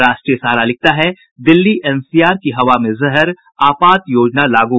राष्ट्रीय सहारा लिखता है दिल्ली एनसीआर की हवा में जहर आपात योजना लागू